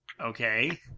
okay